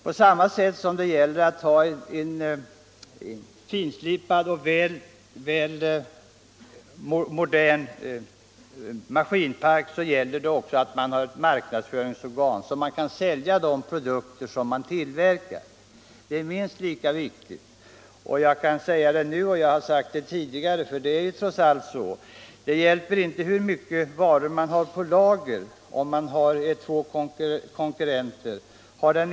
På samma sätt som det gäller att ha en finslipad och modern maskinpark, gäller det att ha ett marknadsföringsorgan så att man kan sälja de produkter som tillverkas. Det är minst lika viktigt. Jag har sagt det tidigare men kan upprepa det nu, att det hjälper inte att man har mycket varor i lager om man inte marknadsför dem.